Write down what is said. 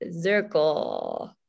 Circle